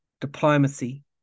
diplomacy